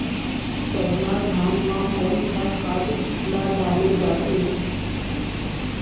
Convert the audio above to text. सरना धान म कोन सा खाद ला डाले जाथे?